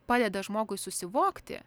padeda žmogui susivokti